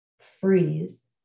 freeze